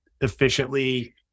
efficiently